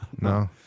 No